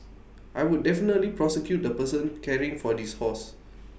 I would definitely prosecute the person caring for this horse